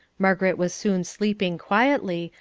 margaret was soon sleeping quietly,